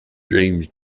james